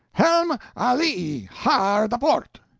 helm alee hard aport!